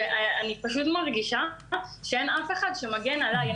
אבל מרגישה שאין אף אחד שמגן עליי.